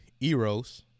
Eros